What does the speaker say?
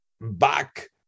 back